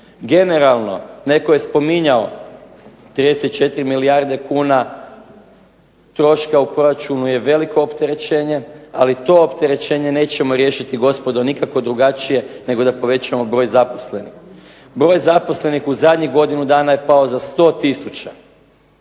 Generalno netko je spominjao 34 milijarde kuna troška u proračunu je veliko opterećenje, ali to opterećenje nećemo riješiti gospodo nikako drugačije nego da povećamo broj zaposlenih. Broj zaposlenih u zadnjih godinu dana je pao za 100000.